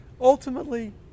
ultimately